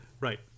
Right